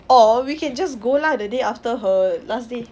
or we can just go lah the day after her last day